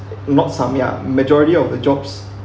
not some ya majority of the jobs